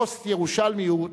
פוסט-ירושלמיות